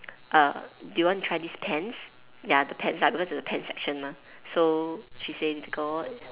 uh do you want to try this pens ya the pens lah because it's the pen section mah so she say little girl